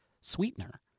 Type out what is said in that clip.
sweetener